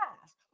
past